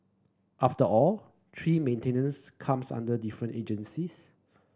after all tree maintenance comes under different agencies